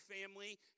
family